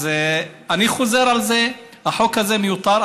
אני חוזר על זה: החוק הזה מיותר.